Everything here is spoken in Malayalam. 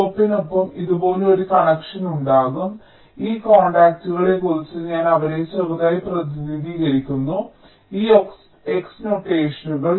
ചുവപ്പിനൊപ്പം ഇതുപോലുള്ള ഒരു കണക്ഷൻ ഉണ്ടാകും ഈ കോൺടാക്റ്റുകളെക്കുറിച്ച് ഞാൻ അവരെ ചെറുതായി പ്രതിനിധീകരിക്കുന്നു ഈ x നൊട്ടേഷനുകൾ